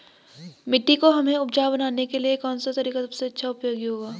मिट्टी को हमें उपजाऊ बनाने के लिए कौन सा तरीका सबसे अच्छा उपयोगी होगा?